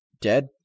dead